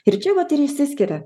ir čia vat ir išsiskiria